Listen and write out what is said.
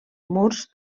murs